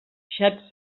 xats